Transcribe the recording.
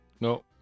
No